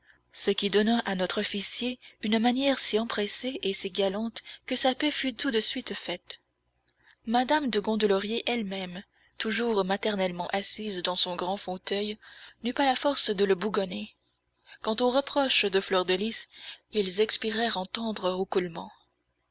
ce qui donna à notre officier une manière si empressée et si galante que sa paix fut tout de suite faite madame de gondelaurier elle-même toujours maternellement assise dans son grand fauteuil n'eut pas la force de le bougonner quant aux reproches de fleur de lys ils